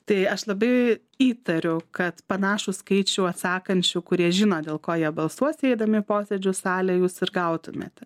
tai aš labai įtariu kad panašų skaičių atsakančių kurie žino dėl ko jie balsuos eidami į posėdžių salę jūs ir gautumėte